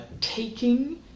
taking